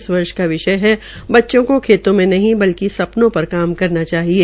इस वर्ष का विषय है बच्चों को खेतों में नहीं बल्कि सपनों पर काम करना चाहिये